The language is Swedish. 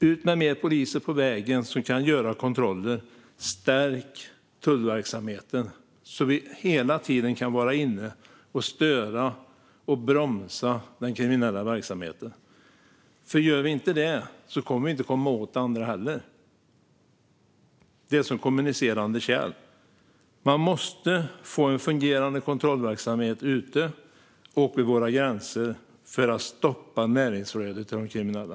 Ut med fler poliser på vägarna som kan göra kontroller, och stärk tullverksamheten så att vi hela tiden kan störa och bromsa den kriminella verksamheten! Om vi inte gör det kommer vi inte heller att komma åt det andra. Det är som kommunicerande kärl. Vi måste få en fungerande kontrollverksamhet ute på vägarna och vid våra gränser för att stoppa näringsflödet till de kriminella.